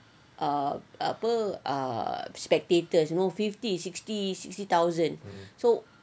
uh apa uh spectators you know fifty sixty sixty thousand so